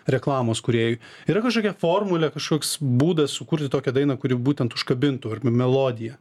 reklamos kūrėjui yra kažkokia formulė kažkoks būdas sukurti tokią dainą kuri būtent užkabintų ar melodija